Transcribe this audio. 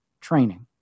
training